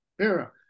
era